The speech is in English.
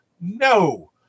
No